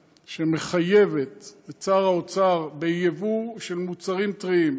שמחייבת את שר האוצר ביבוא מוצרים טריים.